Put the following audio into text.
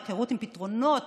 היכרות עם פתרונות